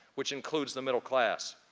which includes the middle-class.